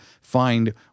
find